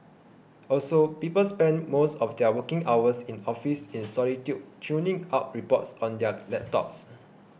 also people spend most of their working hours in office in solitude churning out reports on their laptops